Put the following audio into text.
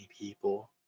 people